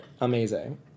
amazing